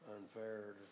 unfair